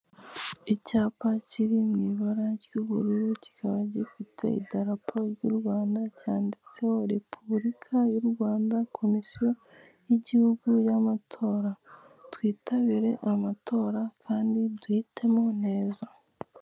Icyapa kiri mu ibara ry'ubururu, kikaba gifite idarapo ry'U Rwanda cyanditseho repubulika y'U Rwanda, Komisiyo y'Igihugu y'Amatora. Twitabire amatora kandi duhitemo neza.